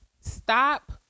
stop